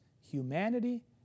humanity